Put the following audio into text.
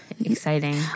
exciting